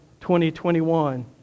2021